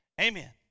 Amen